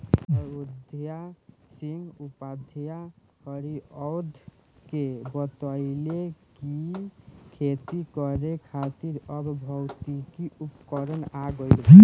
अयोध्या सिंह उपाध्याय हरिऔध के बतइले कि खेती करे खातिर अब भौतिक उपकरण आ गइल बा